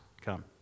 come